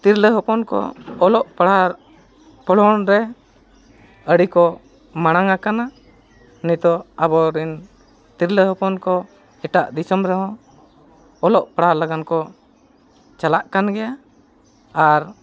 ᱛᱤᱨᱞᱟᱹ ᱦᱚᱯᱚᱱ ᱠᱚ ᱚᱞᱚᱜ ᱯᱟᱲᱦᱟᱣ ᱯᱚᱲᱦᱚᱱ ᱨᱮ ᱟᱹᱰᱤ ᱠᱚ ᱢᱟᱲᱟᱝ ᱟᱠᱟᱱᱟ ᱱᱤᱛᱚᱜ ᱟᱵᱚ ᱨᱮᱱ ᱛᱤᱨᱞᱟᱹ ᱦᱚᱯᱚᱱ ᱠᱚ ᱮᱴᱟᱜ ᱫᱤᱥᱚᱢ ᱨᱮᱦᱚᱸ ᱚᱞᱚᱜ ᱯᱟᱲᱦᱟᱜ ᱞᱟᱹᱜᱤᱫ ᱠᱚ ᱪᱟᱞᱟᱜ ᱠᱟᱱ ᱜᱮᱭᱟ ᱟᱨ